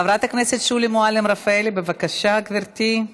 חברת הכנסת שולי מועלם-רפאלי, בבקשה, גברתי.